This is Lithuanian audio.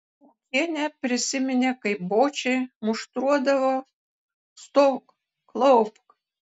okienė prisiminė kaip bočį muštruodavo stok klaupk